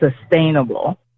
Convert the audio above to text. sustainable